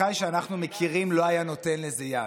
נגד השר: עמיחי שאנחנו מכירים לא היה נותן לזה יד,